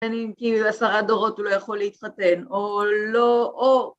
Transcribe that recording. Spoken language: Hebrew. כאילו עשרה דורות הוא לא יכול להתחתן, או לא, או...